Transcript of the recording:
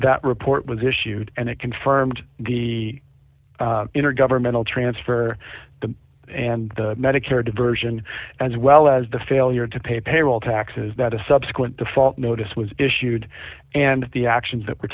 that report was issued and it confirmed the intergovernmental transfer the and the medicare diversion as well as the failure to pay payroll taxes that a subsequent default notice was issued and the actions that were